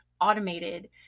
automated